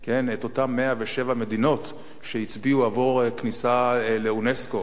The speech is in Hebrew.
את אותן 107 מדינות שהצביעו בעבור הכניסה לאונסק"ו,